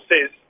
says